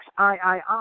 XIII